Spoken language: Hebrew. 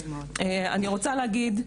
אני רוצה להגיד,